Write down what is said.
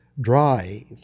dry